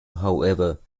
however